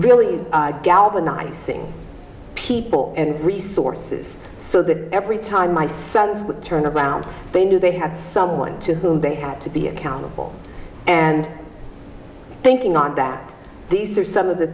really galvanize people and resources so that every time my sons would turn around they knew they had someone to whom they had to be accountable and thinking on that these are some of the